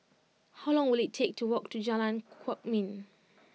how long will it take to walk to Jalan Kwok Min